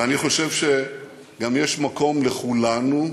ואני חושב שגם יש מקום לכולנו,